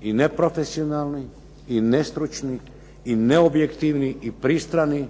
i neprofesionalni, i nestručni, i neobjektivni i pristrani